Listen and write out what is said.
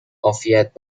عافیت